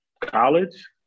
College